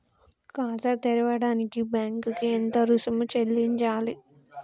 ఖాతా తెరవడానికి బ్యాంక్ కి ఎంత రుసుము చెల్లించాలి?